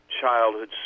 childhood